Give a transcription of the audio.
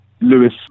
Lewis